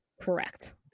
Correct